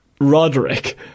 Roderick